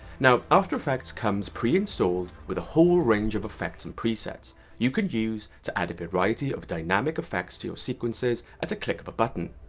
now after effects comes pre-installed with a whole range of effects and presets you can use to add a variety of dynamic effects to your sequences at a click of a button.